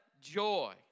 joy